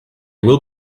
will